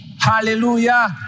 hallelujah